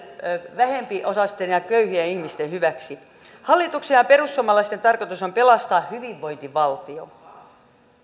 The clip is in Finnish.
vähempiosaisten ja köyhien ihmisten hyväksi hallituksen ja perussuomalaisten tarkoitus on pelastaa hyvinvointivaltio